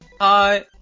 hi